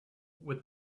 with